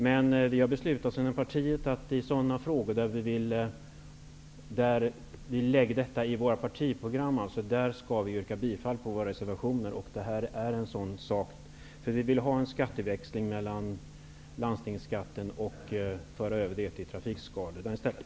Men vi i Ny demokrati har beslutat att vi, i sådana frågor som ingår i vårt partiprogram, skall yrka bifall till våra reservationer. Den här frågan är en sådan. Vi vill nämligen ha en skatteväxling när det gäller landstingsskatten, med en överföring till trafikskadesystemet i stället.